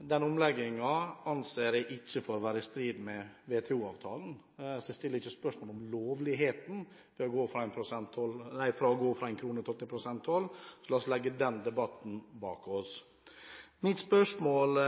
Den omleggingen anser jeg ikke for å være i strid med WTO-avtalen, så jeg stiller ikke spørsmål om lovligheten ved å gå fra kronetoll til prosenttoll. Så la oss legge den debatten bak oss. Mitt spørsmål